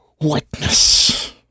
whiteness